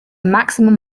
maximum